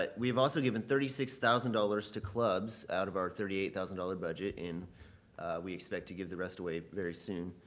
but we've also given thirty six thousand dollars to clubs out of our thirty eight thousand dollars budget and we expect to give the rest away very soon.